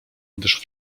gdyż